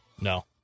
No